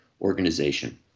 organization